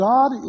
God